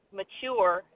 mature